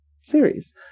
series